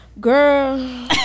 Girl